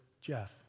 Jeff